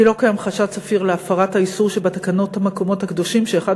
כי לא קיים חשד סביר להפרת האיסור שבתקנות המקומות הקדושים שאחד